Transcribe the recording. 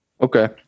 Okay